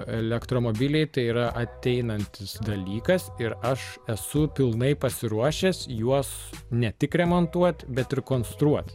elektromobiliai tai yra ateinantis dalykas ir aš esu pilnai pasiruošęs juos ne tik remontuot bet ir konstruot